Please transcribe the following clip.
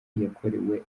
iyakorewe